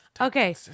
Okay